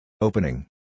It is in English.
Opening